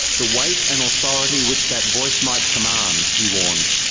the weight and authority which that voice might command he warned,